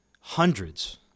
hundreds